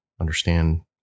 understand